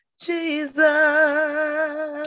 jesus